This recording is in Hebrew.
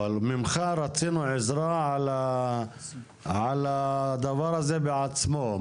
אבל ממך רצינו עזרה על הדבר הזה בעצמו,